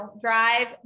drive